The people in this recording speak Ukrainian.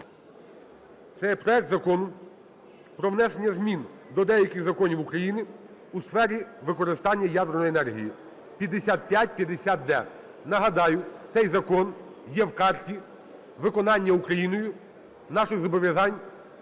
Це є проект закону про внесення змін до деяких законів України у сфері використання ядерної енергії, 5550-д. Нагадаю, цей закон є в карті виконання Україною наших зобов'язань